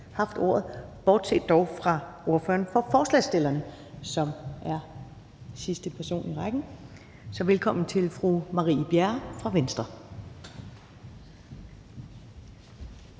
sag, haft ordet, bortset dog fra ordføreren for forslagsstillerne, som er sidste person i rækken. Så velkommen til fru Marie Bjerre fra Venstre.